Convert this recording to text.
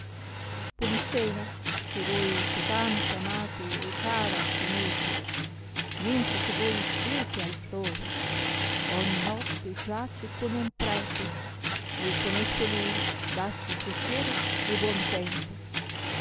polissena che voi cotanto amate e cara tenete mentre che voi siete altrove ogni notte giace con un prete e con esso lui dassi piacere e buontempo